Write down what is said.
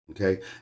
Okay